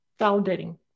validating